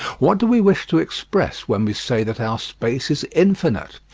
what do we wish to express when we say that our space is infinite?